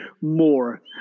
more